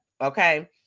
Okay